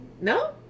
No